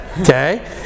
okay